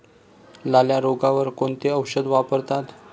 लाल्या रोगावर कोणते औषध वापरतात?